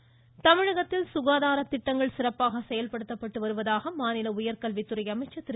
அன்பழகன் தமிழகத்தில் சுகாதார திட்டங்கள் சிறப்பாக செயல்படுத்தப்பட்டு வருவதாக மாநில உயர்கல்வித்துறை அமைச்சர் திரு